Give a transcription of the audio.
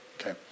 Okay